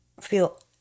feel